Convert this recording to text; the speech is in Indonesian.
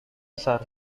besar